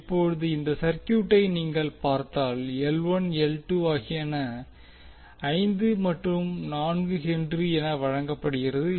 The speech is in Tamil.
இப்போது இந்த சர்க்யூட்டை நீங்கள் பார்த்தால் ஆகியன 5 மற்றும் 4 ஹென்றி என வழங்கப்படுகிறது